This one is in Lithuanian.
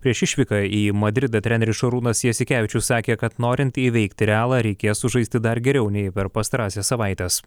prieš išvyką į madridą treneris šarūnas jasikevičius sakė kad norint įveikti realą reikės sužaisti dar geriau nei per pastarąsias savaites